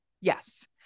yes